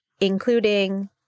including